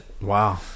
Wow